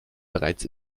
bereits